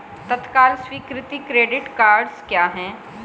तत्काल स्वीकृति credit cards क्या हैं?